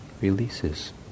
releases